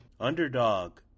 Underdog